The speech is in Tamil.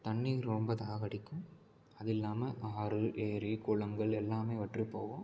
தண்ணி ரொம்ப தாகம் அடிக்கும் அது இல்லாமல் ஆறு ஏரி குளங்கள் எல்லாம் வற்றி போகும்